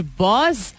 boss